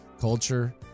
culture